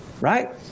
right